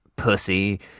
Pussy